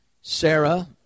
Sarah